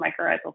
mycorrhizal